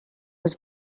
was